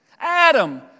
Adam